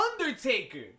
Undertaker